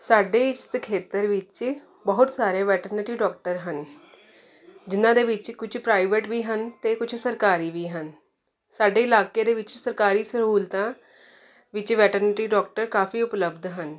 ਸਾਡੇ ਇਸ ਖੇਤਰ ਵਿੱਚ ਬਹੁਤ ਸਾਰੇ ਵੈਟਨਰੀ ਡਾਕਟਰ ਹਨ ਜਿਹਨਾਂ ਦੇ ਵਿੱਚ ਕੁਝ ਪ੍ਰਾਈਵੇਟ ਵੀ ਹਨ ਅਤੇ ਕੁਝ ਸਰਕਾਰੀ ਵੀ ਹਨ ਸਾਡੇ ਇਲਾਕੇ ਦੇ ਵਿੱਚ ਸਰਕਾਰੀ ਸਹੂਲਤਾਂ ਵਿੱਚ ਵੈਟਨਰੀ ਡਾਕਟਰ ਕਾਫੀ ਉਪਲਬਧ ਹਨ